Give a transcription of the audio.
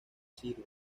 sirve